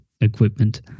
equipment